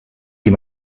dem